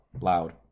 loud